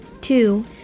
Two